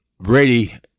Brady